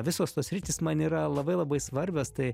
visos tos sritys man yra labai labai svarbios tai